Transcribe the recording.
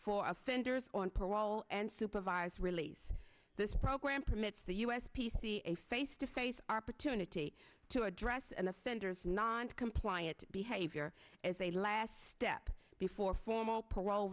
for offenders on parole and supervised release this program permits the us p c a face to face our opportunity to address and offenders noncompliant behavior as a last step before formal parole